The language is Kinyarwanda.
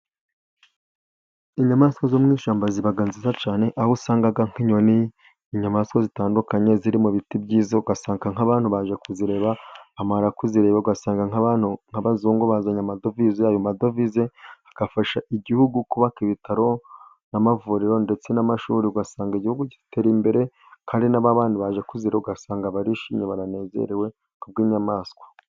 Inyamaswa zo mu ishyamba ziba nziza cyane aho usanga nk'inyoni inyamaswa zitandukanye ziri mu biti byiza, ugasanga nk'abantu baje kuzireba bamara kuzireba ugasanga nk'abazungu bazanye amadovize ayo madovize afasha igihugu kubaka ibitaro n'amavuriro ndetse n'amashuri, ugasanga igihugu gitera imbere kandi na ba bandi baje kuzireba ugasanga barishimye banezerewe kubw'inyamaswa.